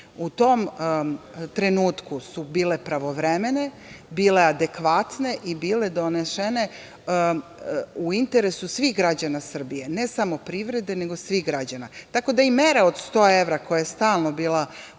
u tom trenutku su bile pravovremene, bile adekvatne i bile donošene u interesu svih građana Srbije, ne samo privrede, nego svih građana. Tako da i mere od sto evra koja je stalno bila na